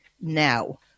now